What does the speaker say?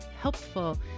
helpful